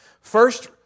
First